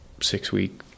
six-week